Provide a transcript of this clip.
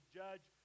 judge